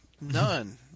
None